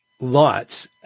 Lots